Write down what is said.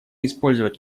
использовать